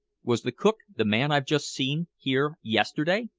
was the cook, the man i've just seen, here yesterday?